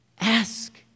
ask